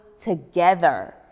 together